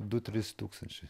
du trys tūkstančiai